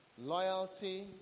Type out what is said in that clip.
loyalty